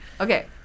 Okay